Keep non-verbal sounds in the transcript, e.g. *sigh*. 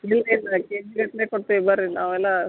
*unintelligible* K ಜಿಗಟ್ಟಲೆ ಕೊಡ್ತೀವಿ ಬನ್ರಿ ನಾವೆಲ್ಲ